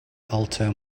alter